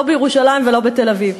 לא בירושלים ולא בתל-אביב.